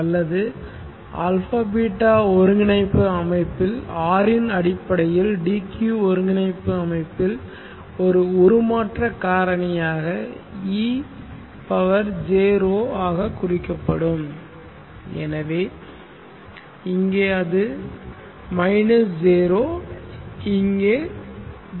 அல்லது α β ஒருங்கிணைப்பு அமைப்பில் R இன் அடிப்படையில் d q ஒருங்கிணைப்பு அமைப்பில் ஒரு உருமாற்ற காரணியாக ejρ ஆக குறிக்கப்படும் எனவே இங்கே அது jρ இங்கே jρ